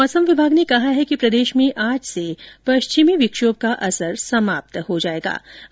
मौसम विभाग ने कहा है कि प्रदेश में आज से पश्चिमी विक्षोम का असर समाप्त हो जाएगा है